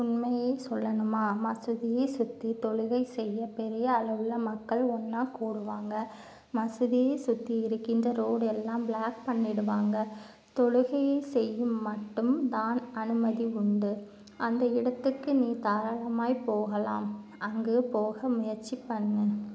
உண்மையை சொல்லணுமா மசூதியை சுற்றி தொழுகை செய்ய பெரிய அளவுல மக்கள் ஒன்னா கூடுவாங்க மசூதியை சுத்தி இருக்கின்ற ரோடு எல்லாம் ப்ளாக் பண்ணிடுவாங்க தொழுகையை செய்ய மட்டும் தான் அனுமதி உண்டு அந்த இடத்துக்கு நீ தாராளமாய் போகலாம் அங்கு போக முயற்சி பண்ணு